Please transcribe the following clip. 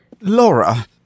Laura